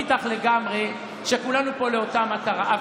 לא, אני מסכים איתך לגמרי שכולנו פה לאותה מטרה.